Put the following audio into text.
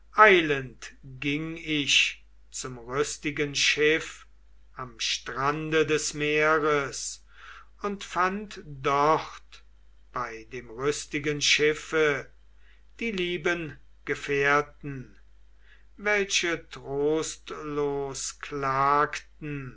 ging ich zum rüstigen schiff am strande des meeres und fand dort bei dem rüstigen schiffe die lieben gefährten welche trostlos klagten